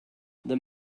the